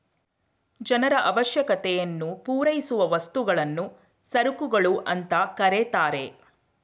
ಜನರ ಅವಶ್ಯಕತೆಯನ್ನು ಪೂರೈಸುವ ವಸ್ತುಗಳನ್ನು ಸರಕುಗಳು ಅಂತ ಕರೆತರೆ